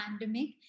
pandemic